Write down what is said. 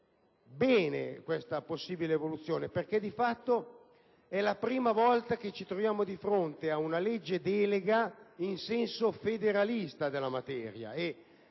bene questa possibile evoluzione: di fatto, è la prima volta che ci troviamo di fronte ad una legge delega in senso federalista della materia, e